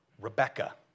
Rebecca